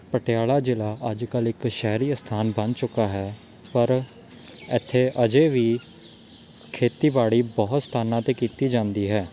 ਪਟਿਆਲਾ ਜ਼ਿਲ੍ਹਾ ਅੱਜ ਕੱਲ੍ਹ ਇੱਕ ਸ਼ਹਿਰੀ ਸਥਾਨ ਬਣ ਚੁੱਕਾ ਹੈ ਪਰ ਇੱਥੇ ਅਜੇ ਵੀ ਖੇਤੀਬਾੜੀ ਬਹੁਤ ਸਥਾਨਾਂ 'ਤੇ ਕੀਤੀ ਜਾਂਦੀ ਹੈ